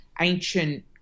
ancient